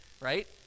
right